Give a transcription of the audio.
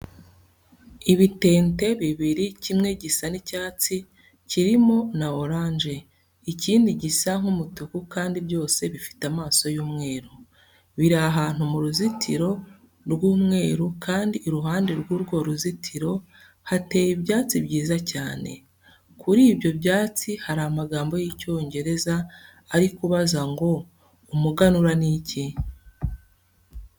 Ibitente bibiri, kimwe gisa nk'icyatsi kirimo na oranje, ikindi gisa nk'umutuku kandi byose bifite amaso y'umweru. Biri ahantu mu ruzitiro rw'umweru kandi iruhande rw'urwo ruzitiro hateye ibyatsi byiza cyane. Kuri ibyo byatsi hari amagambo y'Icyongereza ari kubaza ngo umuganura ni iki?